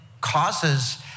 causes